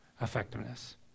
effectiveness